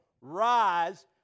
rise